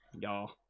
Y'all